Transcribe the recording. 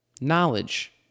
knowledge